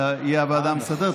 לוועדה המסדרת,